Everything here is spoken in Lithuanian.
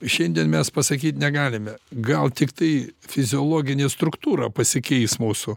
šiandien mes pasakyt negalime gauti tiktai fiziologinė struktūra pasikeis mūsų